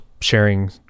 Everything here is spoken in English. sharing